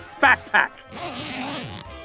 backpack